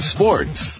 Sports